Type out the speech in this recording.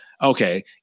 Okay